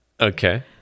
Okay